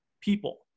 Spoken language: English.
people